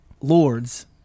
lords